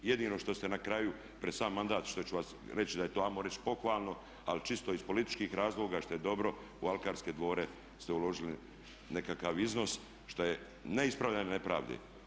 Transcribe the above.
Jedino što ste na kraju pred sam mandat što ću vam reći da je to hajmo reći pohvalno, ali čisto iz političkih razloga što je dobro u alkarske dvore ste uložili nekakav iznos što je ne ispravljanje nepravde.